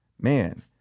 man